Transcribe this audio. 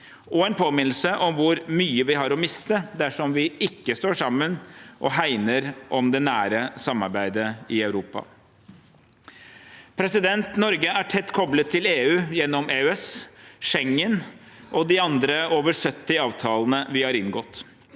siden, og om hvor mye vi har å miste dersom vi ikke står sammen og hegner om det nære samarbeidet i Europa. Norge er tett koblet til EU gjennom EØS, Schengen og de andre over 70 avtalene vi har inngått.